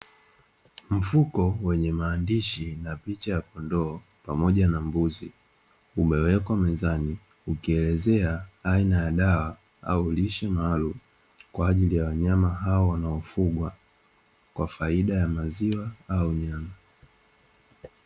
Mfuko wenye maandishi na picha ya kondoo pamoja na mbuzi umewekwa mezani ukielezea aina ya dawa au lishe maalumu kwa ajili ya wanyama hao wanaofugwa kwa faida ya maziwa au nyama.